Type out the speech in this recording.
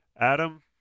Adam